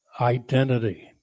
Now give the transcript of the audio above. identity